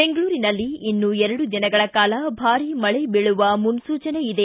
ಬೆಂಗಳೂರಿನಲ್ಲಿ ಇನ್ನೂ ಎರಡು ದಿನಗಳ ಕಾಲ ಭಾರೀ ಮಳೆ ಬೀಳುವ ಮನ್ನೂಚನೆ ಇದೆ